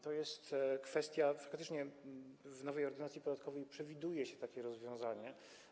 To jest kwestia... otóż w nowej Ordynacji podatkowej przewiduje się takie rozwiązanie.